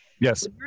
Yes